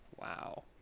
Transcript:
Wow